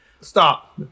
Stop